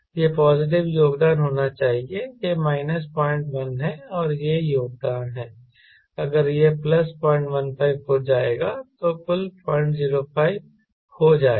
यह पॉजिटिव योगदान होना चाहिए यह माइनस 01 है और यह योगदान है अगर यह प्लस 015 हो जाएगा तो कुल 005 हो जाएगा